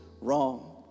wrong